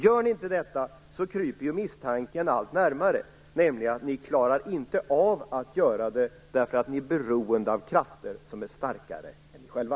Om ni inte gör detta kryper en misstanke allt närmare, nämligen att ni inte klarar av att göra det därför att ni är beroende av krafter som är starkare än ni själva.